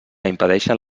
impedeixen